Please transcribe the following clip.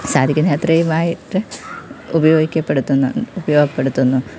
സാധിക്കുന്നത്രയും ആയിട്ട് ഉപയോഗിക്കപ്പെടുത്തുന്നു ഉപയോഗപ്പെടുത്തുന്നു